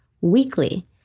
weekly